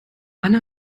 anna